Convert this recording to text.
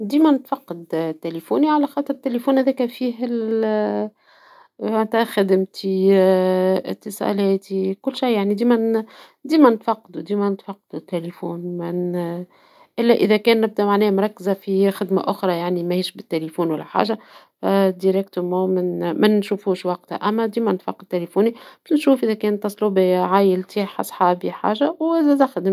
ديما نتفقد تيليفوني على خاطر التيليفون هذاكا فيه نتاع خدمتي اتصالاتي كل شي يعني ديما نتفقدوا ،ديما نتفقدوا التيليفون الا اذا كانت معناها مركزة في خدمة أخرى يعني ماهيش بالتيليفون ولا حاجة منشوفوش وقتها ، أما ديما نتفقد تيليفوني ، يتصلوا بيا عايلتي صحابي حاجة وزادة.